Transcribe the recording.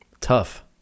Tough